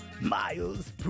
miles